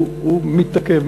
הוא מתעכב.